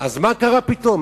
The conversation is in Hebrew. אז מה קרה פתאום?